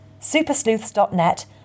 supersleuths.net